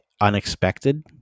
unexpected